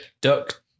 duck